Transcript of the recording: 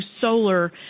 solar